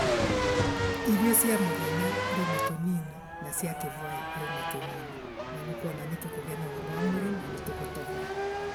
Irio cia muthenya urumo tanini na cia kivwaii urumatunini na nukwona nitukugia na ugima wa mwiri na nitugutorora.